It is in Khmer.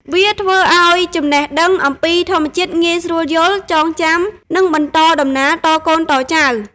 វាធ្វើឲ្យចំណេះដឹងអំពីធម្មជាតិងាយស្រួលយល់ ចងចាំ និងបន្តដំណាលតកូនតចៅ។